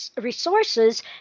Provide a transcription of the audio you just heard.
resources